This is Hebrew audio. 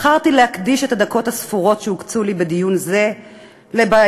בחרתי להקדיש את הדקות הספורות שהוקצו לי בדיון זה לבעייתם